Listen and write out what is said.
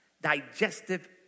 digestive